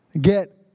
Get